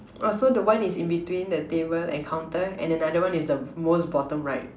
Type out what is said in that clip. oh so the one is in between the table and counter and another one is the most bottom right